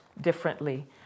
differently